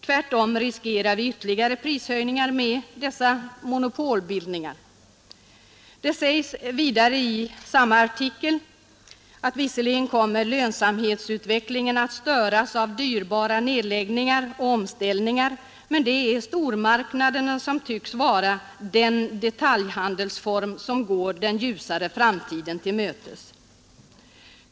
Tvärtom riskerar vi ytterligare prishöjningar med dessa monopolbildningar. Det sägs vidare i artikeln att lönsamhetsutvecklingen visserligen kommer att störas av dyrbara nedläggningar och omställningar men att stormarknaderna tycks vara den detaljhandelsform som går den ljusare framtiden till mötes.